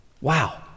Wow